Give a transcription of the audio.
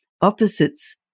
opposites